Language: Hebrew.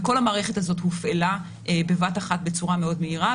כל המערכת הזאת הופעלה בבת אחת בצורה מאוד מהירה,